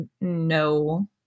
no